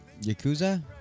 Yakuza